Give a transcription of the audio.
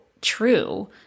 true